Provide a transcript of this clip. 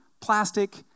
plastic